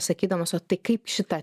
sakydamas o tai kaip šita